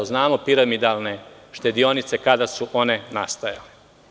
Znamo piramidalne štedionice kada su one nastajale.